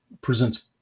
presents